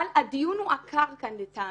אבל הדיון כאן הוא עקר לטעמי.